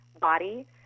body